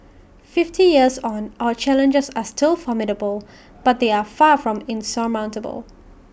fifty years on our challenges are still formidable but they are far from insurmountable